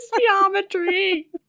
geometry